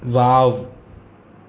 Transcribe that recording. wow